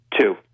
Two